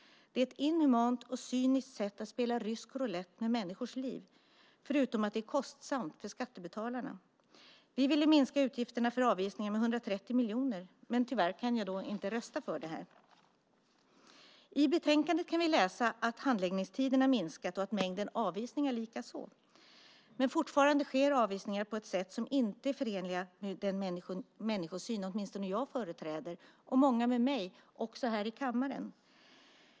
Det är ett inhumant och cyniskt sätt att spela rysk roulett med människors liv förutom att det är kostsamt för skattebetalarna. Vi ville minska utgifterna för avvisningar med 130 miljoner, men tyvärr kan jag inte rösta för det här. I betänkandet kan vi läsa att handläggningstiderna minskat och mängden avvisningar likaså. Men fortfarande sker avvisningar på ett sätt som inte är förenligt med den människosyn åtminstone jag företräder, och många med mig, också här i kammaren.